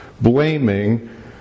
blaming